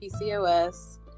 PCOS